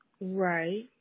Right